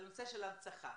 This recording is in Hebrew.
לנושא של הנצחה,